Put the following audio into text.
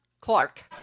Clark